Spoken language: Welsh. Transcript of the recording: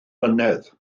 mlynedd